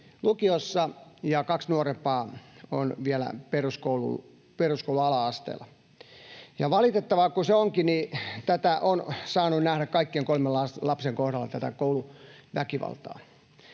lukiossa ja kaksi nuorempaa on vielä peruskoulun ala-asteella. Ja niin valitettavaa kuin se onkin, tätä kouluväkivaltaa on saanut nähdä kaikkien kolmen lapsen kohdalla. Se on johtanut